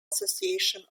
association